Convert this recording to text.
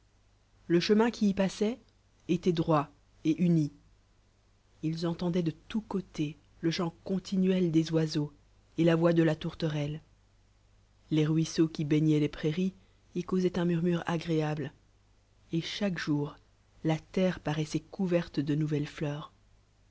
le chemin qui y passoit était droit et uni ils entendoient de tons côtés le chant continuel des oiteaux et la voix de la tourterelle les ruisseaux qni baignoientles prairies y causoientun murmure agréable et chaque jonr la terre paroissoit ccluverte de nouvelles fleurs